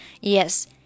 Yes